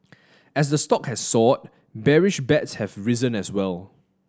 as the stock has soared bearish bets have risen as well